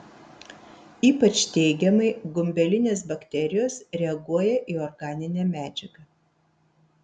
ypač teigiamai gumbelinės bakterijos reaguoja į organinę medžiagą